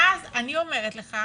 ואז אני אומרת לך: